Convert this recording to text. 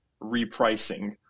repricing